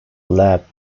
lab